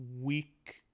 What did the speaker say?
week